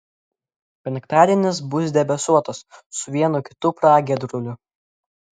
penktadienis bus debesuotas su vienu kitu pragiedruliu